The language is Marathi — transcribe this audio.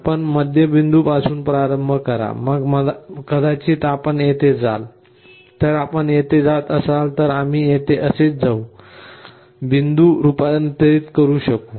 आपण मध्य बिंदूपासून प्रारंभ करा मग कदाचित आपण येथे जात असाल तर आपण येथे जात असाल तर आम्ही येथे असेच जाऊ बिंदू रूपांतरित करू शकू